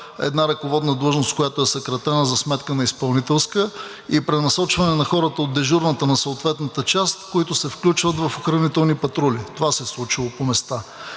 една ръководна длъжност, която е съкратена за сметка на изпълнителска, и пренасочване на хората от дежурната на съответната част, които се включват в охранителни патрули. Това се е случило по места.